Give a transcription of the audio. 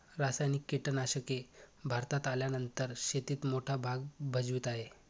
रासायनिक कीटनाशके भारतात आल्यानंतर शेतीत मोठा भाग भजवीत आहे